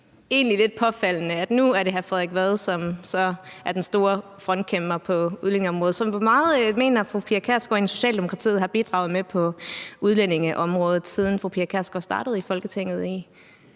lidt påfaldende, at nu er det hr. Frederik Vad, som er den store frontkæmper på udlændingeområdet? Hvor meget mener fru Pia Kjærsgaard egentlig at Socialdemokratiet har bidraget med på udlændingeområdet, siden fru Pia Kjærsgaard startede i Folketinget